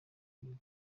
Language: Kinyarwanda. gihugu